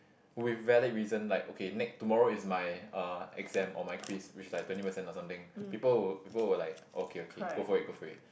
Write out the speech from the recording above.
with valid reason like okay Nick tomorrow is my uh exam or my quiz which is like twenty percent or something people will people will like okay okay go for it go for it